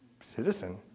citizen